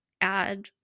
add